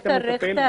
את המטפל,